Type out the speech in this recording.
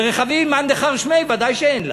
ורכבים, מאן דכר שמיה, ודאי שאין לה,